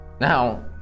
now